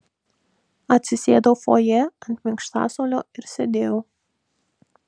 atsisėdau fojė ant minkštasuolio ir sėdėjau